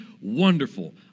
Wonderful